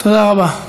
תודה רבה.